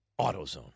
AutoZone